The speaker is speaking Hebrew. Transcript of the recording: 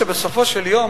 בסופו של יום,